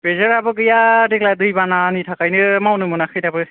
बेजाराबो गैया देग्लाइ दैबानानि थाखायनो मावनो मोनाखै दाबो